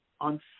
on